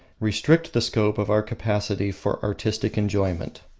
restrict the scope of our capacity for artistic enjoyment.